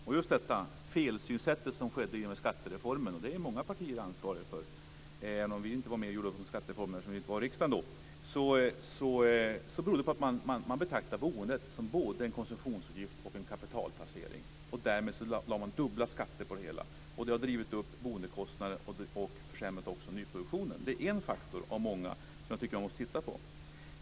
Det felaktiga synsättet som skedde i och med skattereformen - det är många partier ansvariga för, även om inte vi var med och gjorde upp om skattereformen, eftersom vi inte fanns i riksdagen då - berodde på att man betraktar boendet både som en konsumtionsutgift och en kapitalplacering. Därmed lade man dubbla skatter på det hela. Och det har drivit upp boendekostnaderna och försämrat nyproduktionen. Det är en faktor av många som jag tycker att man måste titta på.